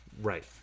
Right